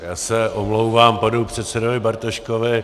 Já se omlouvám panu předsedovi Bartoškovi.